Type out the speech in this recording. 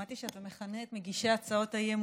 שמעתי שאתה מכנה את מגישי הצעות האי-אמון